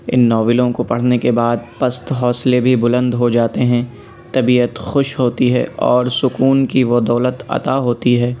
اِن ناولوں كو پڑھنے كے بعد پَست حوصلے بھى بلند ہو جاتے ہیں طبیعت خوش ہوتی ہے اور سکون کی وہ دولت عطا ہوتی ہے